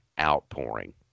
outpouring